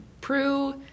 Prue